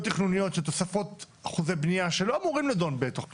תכנוניות של תוספות אחוזי בנייה שלא אמורים לדון בתוך הכנסת.